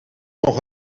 nog